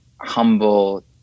humble